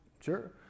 Sure